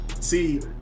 See